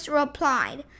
replied